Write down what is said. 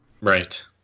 Right